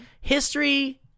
history